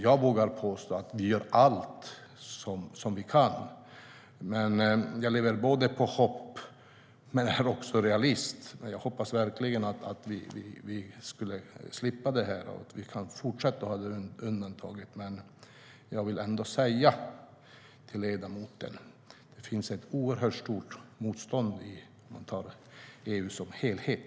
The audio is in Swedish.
Jag vågar påstå att vi gör allt som vi kan. Jag lever på hoppet, men jag är också realist. Jag hoppas verkligen att vi kan slippa detta och kan fortsätta att ha undantaget. Men jag vill ändå säga till ledamoten att det finns ett oerhört stort motstånd om man tar EU som helhet.